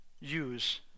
use